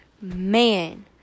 Man